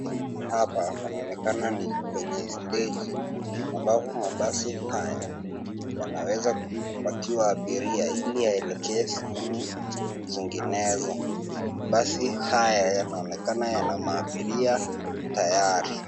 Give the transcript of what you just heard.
Hapa panaonekana ni kwenye stage ambapo mabasi haya yanaweza kupakiwa abiria ili aelekee sehemu zinginezo. Mabasi haya yanaonekana yana abiria tayari.